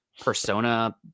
persona